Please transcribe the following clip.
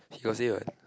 he got say what